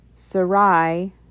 Sarai